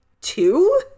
two